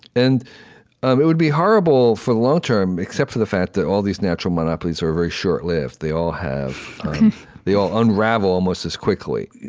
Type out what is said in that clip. and um it would be horrible for the long term, except for the fact that all these natural monopolies are very short-lived. they all have they all unravel almost as quickly.